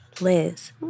Liz